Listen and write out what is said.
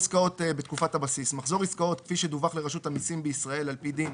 אבל ההתנהלות לא בסדר.